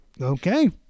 okay